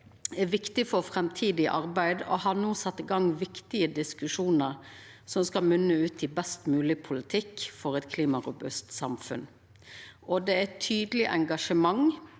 er viktig for framtidig arbeid og har sett i gang viktige diskusjonar som skal munna ut i best mogleg politikk for eit klimarobust samfunn. Det er eit tydeleg engasjement